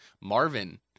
Marvin